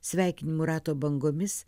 sveikinimų rato bangomis